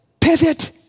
pivot